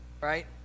right